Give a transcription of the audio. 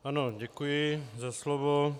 Ano, děkuji za slovo.